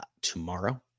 tomorrow